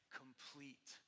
complete